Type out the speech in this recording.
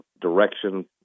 direction